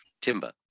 timber